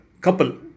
couple